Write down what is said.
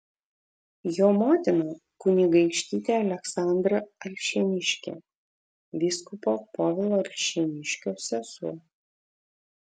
jo motina kunigaikštytė aleksandra alšėniškė vyskupo povilo alšėniškio sesuo